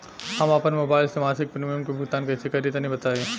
हम आपन मोबाइल से मासिक प्रीमियम के भुगतान कइसे करि तनि बताई?